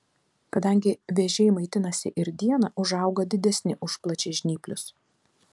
kadangi vėžiai maitinasi ir dieną užauga didesni už plačiažnyplius